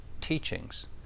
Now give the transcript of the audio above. teachings